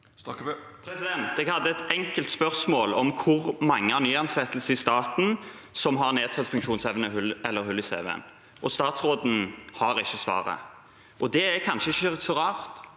Jeg hadde et enkelt spørsmål om hvor mange nyansatte i staten som har nedsatt funksjonsevne eller hull i cv-en, og statsråden har ikke svaret. Det er kanskje ikke så rart,